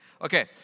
Okay